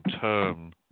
term